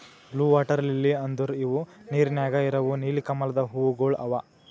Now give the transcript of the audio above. blue water lily ಅಂದುರ್ ಇವು ನೀರ ನ್ಯಾಗ ಇರವು ನೀಲಿ ಕಮಲದ ಹೂವುಗೊಳ್ ಅವಾ